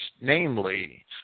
namely